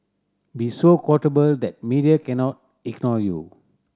be so quotable that media cannot ignore you